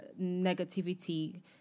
negativity